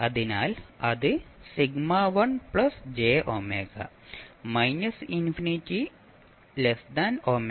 അതിനാൽ അത് σ1 jω −∞ ω ∞